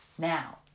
Now